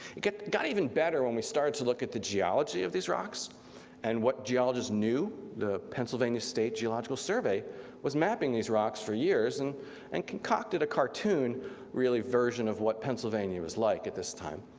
got even better when we started to look at the geology of these rocks and what geologists knew. the pennsylvania state geological survey was mapping these rocks for years and and concocted a cartoon really version of what pennsylvania was like at this time.